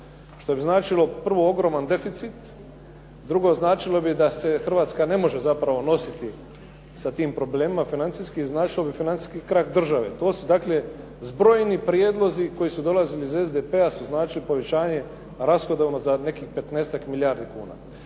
što bi značilo prvo ogroman deficit, drugo značilo bi da se Hrvatska ne može zapravo nositi sa tim problemima financijskim i značilo bi financijski krah države. To su dakle zbrojeni prijedlozi koji su dolazili iz SDP-a su značili povećanje rashodovno za nekih 15-ak milijardi kuna.